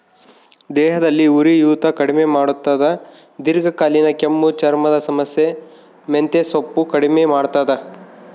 ದೇಹದಲ್ಲಿ ಉರಿಯೂತ ಕಡಿಮೆ ಮಾಡ್ತಾದ ದೀರ್ಘಕಾಲೀನ ಕೆಮ್ಮು ಚರ್ಮದ ಸಮಸ್ಯೆ ಮೆಂತೆಸೊಪ್ಪು ಕಡಿಮೆ ಮಾಡ್ತಾದ